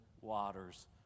waters